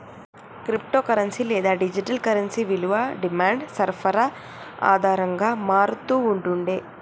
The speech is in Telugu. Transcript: క్రిప్టో కరెన్సీ లేదా డిజిటల్ కరెన్సీ విలువ డిమాండ్, సరఫరా ఆధారంగా మారతూ ఉంటుండే